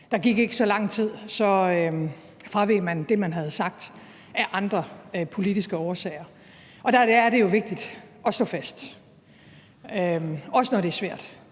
Der gik ikke så lang tid, så fraveg man det, man havde sagt, af andre politiske årsager. Der er det jo vigtigt at stå fast, også når det er svært,